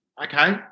Okay